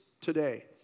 today